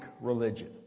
religion